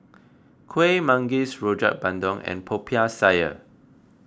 Kuih Manggis Rojak Bandung and Popiah Sayur